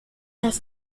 has